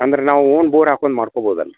ಅಂದರೆ ನಾವು own bore ಹಾಕೊಂಡು ಮಾಡ್ಕೊಬೋದು ಅಲ್ರಿ